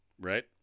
right